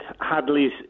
Hadley's